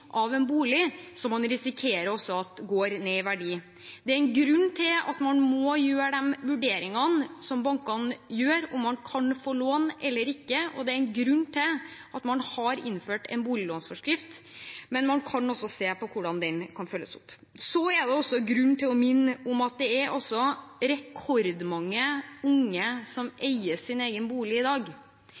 av en bolig som man risikerer går ned i verdi. Det er en grunn til at man må gjøre de vurderingene som bankene gjør av om man kan få lån eller ikke, og det er en grunn til at man har innført en boliglånsforskrift. Men man kan også se på hvordan den skal følges opp. Det er også grunn til å minne om at det er rekordmange unge som eier sin egen bolig i dag.